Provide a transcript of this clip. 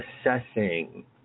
assessing